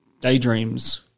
Daydreams